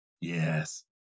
Yes